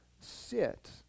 sit